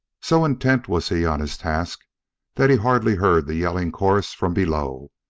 so intent was he on his task that he hardly heard the yelling chorus from below.